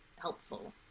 helpful